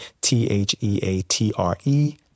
t-h-e-a-t-r-e